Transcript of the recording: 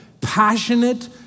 passionate